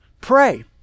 pray